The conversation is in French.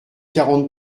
quarante